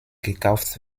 gekauft